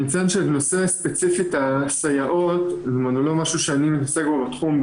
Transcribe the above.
אני אציין שבנושא ספציפית הסייעות זה לא משהו שאני מתעסק בו בתחום,